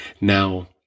Now